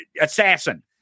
assassin